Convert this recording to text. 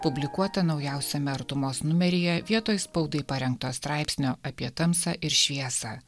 publikuotą naujausiame artumos numeryje vietoj spaudai parengto straipsnio apie tamsą ir šviesą